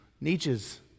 Nietzsche's